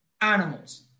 animals